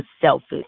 selfish